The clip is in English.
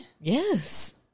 Yes